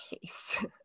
case